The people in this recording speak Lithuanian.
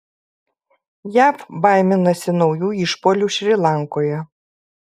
jav baiminasi naujų išpuolių šri lankoje